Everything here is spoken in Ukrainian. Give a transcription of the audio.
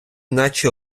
наче